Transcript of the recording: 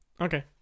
Okay